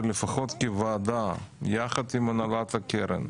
שלפחות כוועדה, ביחד עם הנהלת הקרן,